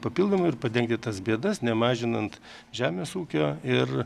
papildomai ir padengti tas bėdas nemažinant žemės ūkio ir